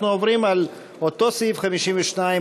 אנחנו עוברים לאותו סעיף 52,